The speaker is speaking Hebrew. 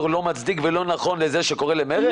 לא מוצדק לקריאה של חבר כנסת שקורא למרד?